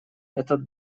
этот